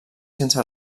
sense